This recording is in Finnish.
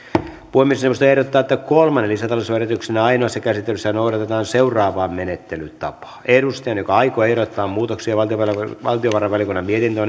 puhemiesneuvosto ehdottaa että kolmannen lisätalousarvioehdotuksen ainoassa käsittelyssä noudatetaan seuraavaa menettelytapaa edustajan joka aikoo ehdottaa muutoksia valtiovarainvaliokunnan mietintöön